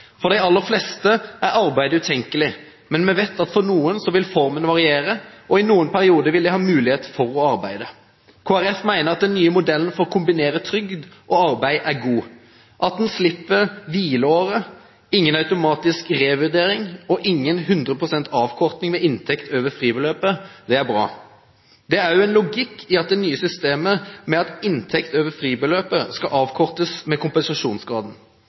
For de aller fleste er arbeid utenkelig, men vi vet at for noen vil formen variere, og i noen perioder vil de ha mulighet for å arbeide. Kristelig Folkeparti mener at den nye modellen for å kombinere trygd og arbeid er god. At man slipper «hvileåret», ingen automatisk revurdering og ingen 100 pst. avkorting ved inntekt over fribeløpet, er bra. Det er også en logikk i det nye systemet med at inntekt over fribeløpet skal avkortes med kompensasjonsgraden.